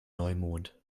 neumond